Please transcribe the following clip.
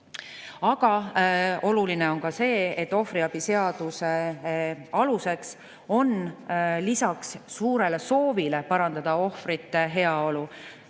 Aga oluline on ka see, et ohvriabi seaduse aluseks on lisaks suurele soovile parandada ohvrite heaolu